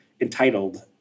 entitled